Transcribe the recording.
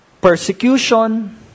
persecution